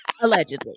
Allegedly